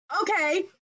Okay